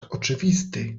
oczywisty